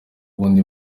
ukundi